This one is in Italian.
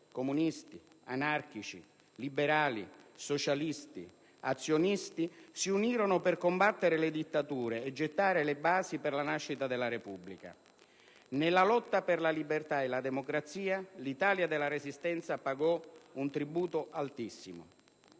comunisti, anarchici, liberali, socialisti, azionisti si unirono per combattere le dittature e gettare le basi per la nascita della Repubblica. Nella lotta per la libertà e la democrazia l'Italia della Resistenza pagò un tributo altissimo.